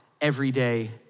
everyday